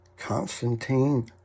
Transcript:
Constantine